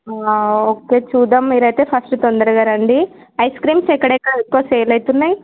okay చూద్దాం మీరైతే first తొందరగా రండి ఐస్ క్రీమ్స్ ఎక్కడెక్కడ ఎక్కువ సేల్ అవుతున్నాయి